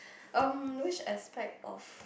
um which aspect of